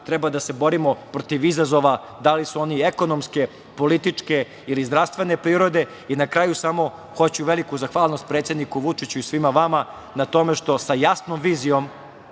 treba da se borimo protiv izazova, da li su oni ekonomske, političke ili zdravstvene prirode. Na kraju samo hoću veliku zahvalnost predsedniku Vučiću i svima vama na tome što sa jasnom vizijom